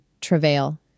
travail